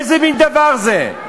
איזה מין דבר זה?